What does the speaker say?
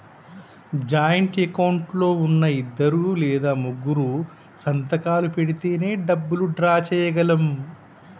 joint account లో ఉన్నా ఇద్దరు లేదా ముగ్గురూ సంతకాలు పెడితేనే డబ్బులు డ్రా చేయగలం